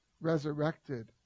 resurrected